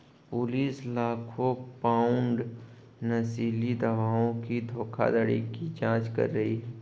police लाखों pound नशीली दवाओं की धोखाधड़ी की जांच कर रही है